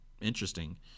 interesting